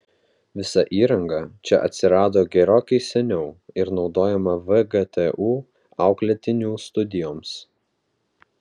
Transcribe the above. visa įranga čia atsirado gerokai seniau ir naudojama vgtu auklėtinių studijoms